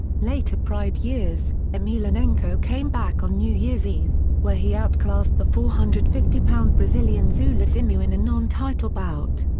later pride years emelianenko came back on new year's eve, where he outclassed the four hundred and fifty pound brazilian zuluzinho in a non-title bout.